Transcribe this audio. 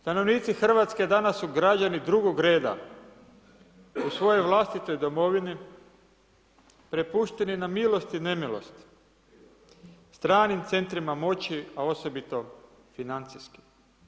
Stanovnici RH danas su građani drugog reda, u svojoj vlastitoj domovini prepustili na milost i nemilost stranim centrima moći, a osobito financijskim.